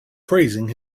praising